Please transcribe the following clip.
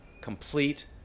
complete